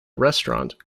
restaurant